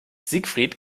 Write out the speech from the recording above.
siegfried